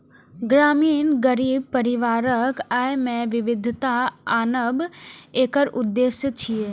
ग्रामीण गरीब परिवारक आय मे विविधता आनब एकर उद्देश्य छियै